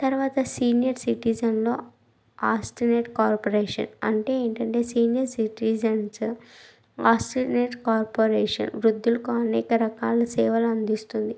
తర్వాత సీనియర్ సిటిజన్ల estimate corporation అంటే ఏంటంటే సీనియర్ సిటిజన్స్ ఎస్టిమేట్ కార్పరేషన్ వృద్ధులకు అనేక రకాల సేవలు అందిస్తుంది